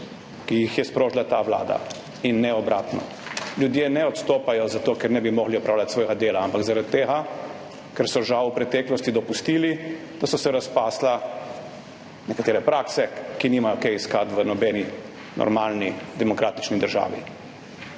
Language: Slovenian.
ki jih je sprožila ta vlada in ne obratno. Ljudje ne odstopajo zato, ker ne bi mogli opravljati svojega dela, ampak zaradi tega, ker so žal v preteklosti dopustili, da so se razpasle nekatere prakse, ki nimajo kaj iskati v nobeni normalni demokratični državi.